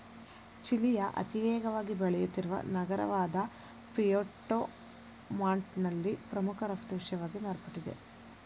ಚಿಲಿಯ ಅತಿವೇಗವಾಗಿ ಬೆಳೆಯುತ್ತಿರುವ ನಗರವಾದಪುಯೆರ್ಟೊ ಮಾಂಟ್ನಲ್ಲಿ ಪ್ರಮುಖ ರಫ್ತು ವಿಷಯವಾಗಿ ಮಾರ್ಪಟ್ಟಿದೆ